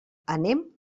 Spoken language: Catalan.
anem